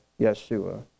Yeshua